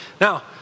Now